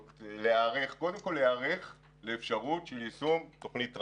קודם כול להיערך לאפשרות של יישום תוכנית טראמפ.